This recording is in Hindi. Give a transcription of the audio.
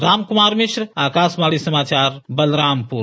रामकुमार मिश्र आकाशवाणी समाचार बलरामपुर